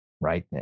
right